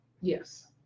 Yes